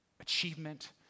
Achievement